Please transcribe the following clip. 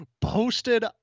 posted